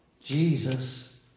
Jesus